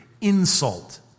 insult